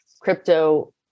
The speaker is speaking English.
crypto